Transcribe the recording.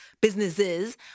businesses